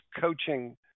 coaching